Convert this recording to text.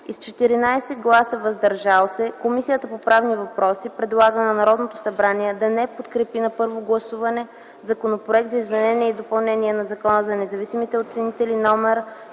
с 14 гласа „въздържал се” Комисията по правни въпроси предлага на Народното събрание да не подкрепи на първо гласуване Законопроект за изменение и допълнение на Закона за независимите оценители,